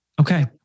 Okay